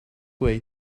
way